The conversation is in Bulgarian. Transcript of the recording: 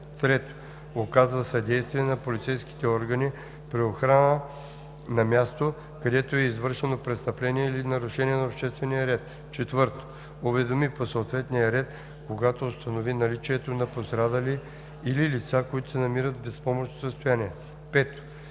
ред; 3. оказва съдействие на полицейските органи при охрана на място, където е извършено престъпление или нарушение на обществения ред; 4. уведоми по съответния ред, когато установи наличието на пострадали или лица, които се намират в безпомощно състояние; 5.